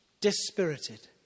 dispirited